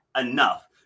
enough